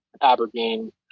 Aberdeen